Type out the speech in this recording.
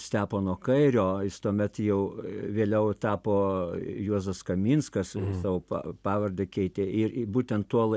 stepono kairio jis tuomet jau vėliau tapo juozas kaminskas savo pa pavardę keitė ir būtent tuo lai